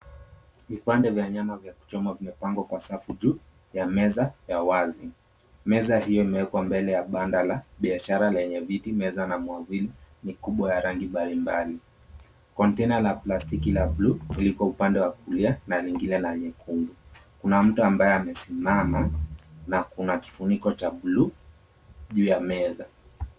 Vipande vya nyama vya kuchomwa vimepangwa kwa safu juu ya mwza ya wazi. Meza hiyo imewekwa mbele ya banda la biashara lenye viti, meza na miavuli mikubwa ya rangi mbalimbali. Konyena la plastiki la buluu liko upande wa kulia na lingine la nyekundu. Kuna mtu ambaye amesimama na kuna kifuniko cha bluu kuu ya meza.